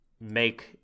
make